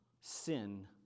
sin